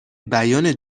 بیان